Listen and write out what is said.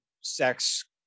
sex